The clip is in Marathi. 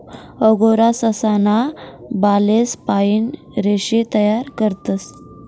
अंगोरा ससा ना बालेस पाइन रेशे तयार करतस